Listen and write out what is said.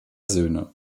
söhne